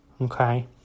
Okay